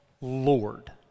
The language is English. Lord